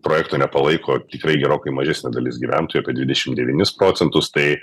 projekto nepalaiko tikrai gerokai mažesnė dalis gyventojų apie dvidešim devynis procentus tai